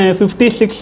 56